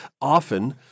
often